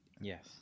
yes